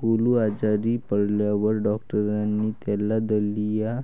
गोलू आजारी पडल्यावर डॉक्टरांनी त्याला दलिया